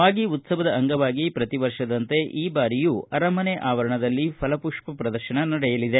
ಮಾಗಿ ಉತ್ಸವದ ಅಂಗವಾಗಿ ಪ್ರತಿ ವರ್ಷದಂತೆ ಈ ಬಾರಿಯೂ ಅರಮನೆ ಅವರಣದಲ್ಲಿ ಫಲಪುಷ್ಪ ಪ್ರದರ್ಶನ ನಡೆಯಲಿದೆ